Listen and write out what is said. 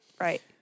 right